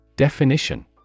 Definition